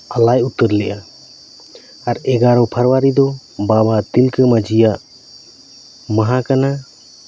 ᱟᱞᱟᱭ ᱩᱛᱟᱹᱨ ᱞᱮᱫᱼᱟ ᱟᱨ ᱮᱜᱟᱨᱚ ᱯᱷᱮᱵᱽᱨᱩᱣᱟᱨᱤ ᱫᱚ ᱵᱟᱵᱟ ᱛᱤᱞᱠᱟᱹ ᱢᱟᱹᱡᱷᱤᱭᱟᱜ ᱢᱟᱦᱟ ᱠᱟᱱᱟ